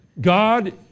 God